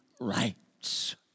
rights